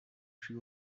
plus